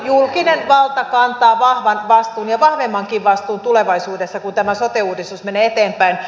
julkinen valta kantaa vahvan vastuun ja vahvemmankin vastuun tulevaisuudessa kun tämä sote uudistus menee eteenpäin